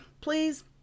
please